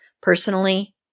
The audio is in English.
personally